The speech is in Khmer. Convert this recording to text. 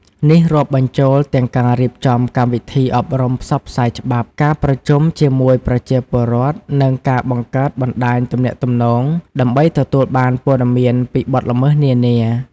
នេះរាប់បញ្ចូលទាំងការរៀបចំកម្មវិធីអប់រំផ្សព្វផ្សាយច្បាប់ ការប្រជុំជាមួយប្រជាពលរដ្ឋ និងការបង្កើតបណ្ដាញទំនាក់ទំនងដើម្បីទទួលបានព័ត៌មានពីបទល្មើសនានា។